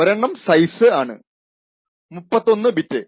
ഒരെണ്ണം സൈസ് ആണ് 31 ബിറ്റ്